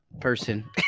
person